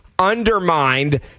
Undermined